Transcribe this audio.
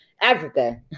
Africa